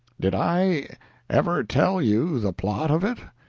did i ever tell you the plot of it?